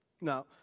Now